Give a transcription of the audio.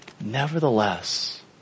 Nevertheless